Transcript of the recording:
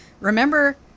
remember